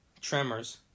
Tremors